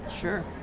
Sure